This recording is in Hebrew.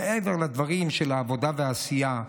מעבר לדברים של העבודה והעשייה,